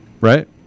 Right